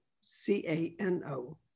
C-A-N-O